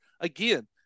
Again